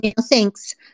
Thanks